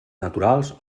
naturals